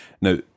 Now